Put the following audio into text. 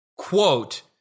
quote